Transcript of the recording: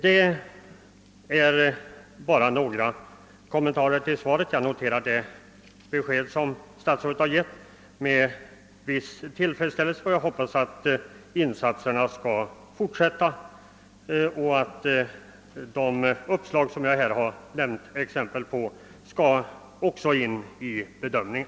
Detta var bara några kommentarer till svaret. Jag noterar det besked som statsrådet har givit med viss tillfredsställelse, och jag hoppas att insatserna skall fortsätta och att de uppslag som jag här har nämnt exempel på också skall tas med vid bedömningen.